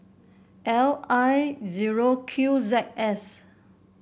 L I zero Q Z S